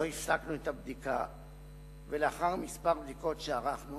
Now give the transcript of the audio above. לא הפסקנו את הבדיקה ולאחר כמה בדיקות שערכנו